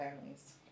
families